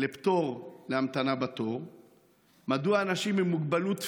השאילתה שלי עוסקת בפטור מעמידה בתור לאנשים עם מוגבלות,